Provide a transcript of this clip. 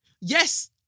Yes